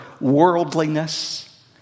Worldliness